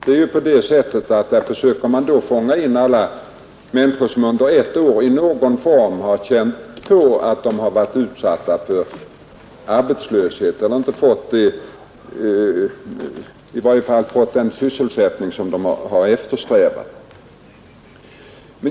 Det är ju på det sättet att man där försöker fånga in alla människor som under ett år i någon form varit utsatta för arbetslöshet och sådana som inte fått den sysselsättning som de eftersträvat.